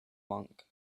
monk